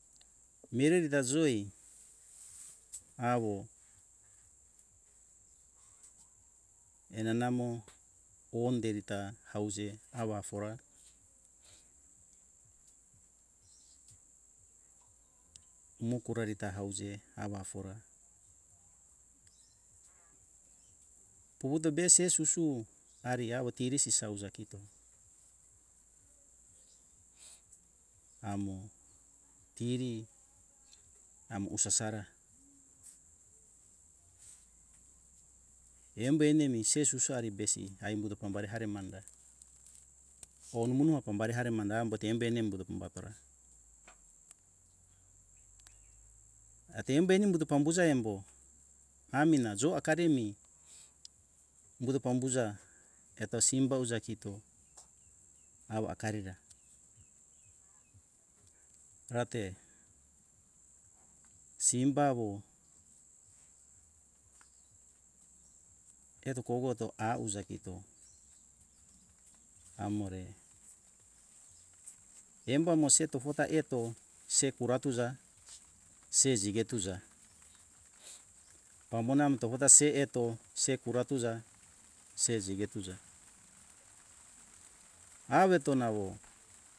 Mireri ta joi awo enanamo ondevita ause awa afora umo kureruta ause awa afora pouto bese susu ariawo tiri sisauza kito amo tiri amo usasara embo enemi se susari besi ai umbuto pambare hare mandra or numo nua pambare hare mandra ambote embene umbuto pambatora ate embeumbuto pambuja embo amina jo akaremi umbuto pambuja eto simbo uja kito awo akari ra rate simbawo eto kogoto auja kito amore embamo se to fota etp se kura tuja se jige uja pamona amta gota se eto se kura tuja se jige tuja aweto nawo